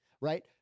right